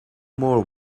more